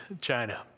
China